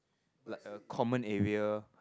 like a common area